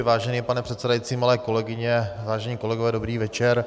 Vážený pane předsedající, milé kolegyně, vážení kolegové, dobrý večer.